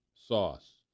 sauce